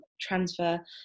transfer